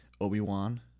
Obi-Wan